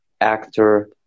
actor